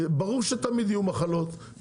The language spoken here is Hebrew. ברור שתמיד יהיו מחלות,